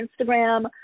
Instagram